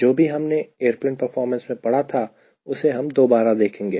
जो भी हमने एयरप्लेन परफॉर्मेंस में पढ़ा था उसे हम दोबारा देखेंगे